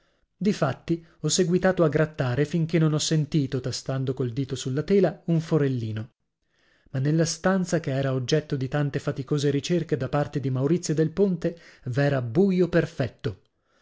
difatti ho seguitato a grattare finché non ho sentito tastando col dito sulla tela un forellino ma nella stanza che era oggetto di tante faticose ricerche da parte di maurizio del ponte v'era buio perfetto